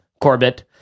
Corbett